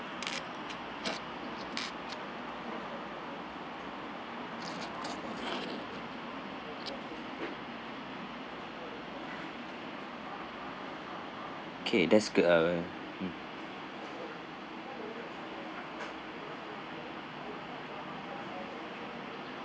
okay that's good err hmm